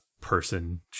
person